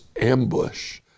ambush